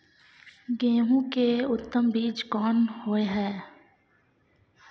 गेहूं के उत्तम बीज कोन होय है?